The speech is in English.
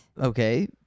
Okay